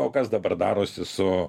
o kas dabar darosi su